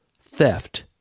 theft